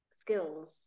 skills